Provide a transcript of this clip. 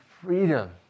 Freedom